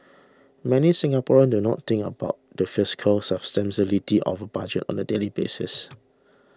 many Singaporeans do not think about the fiscal of budget on a daily basis